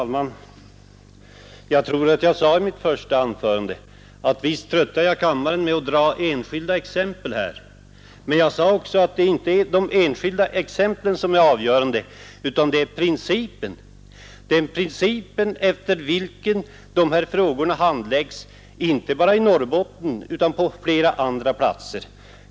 Herr talman! Jag tror att jag sade i mitt första anförande att visst tröttar jag kammaren med att dra enskilda exempel, men jag sade också att det inte är de enskilda exemplen som är avgörande, utan det är principen efter vilken de här frågorna handläggs inte bara i Norrbotten utan på flera andra håll.